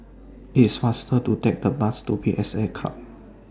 IT IS faster to Take The Bus to P S A Club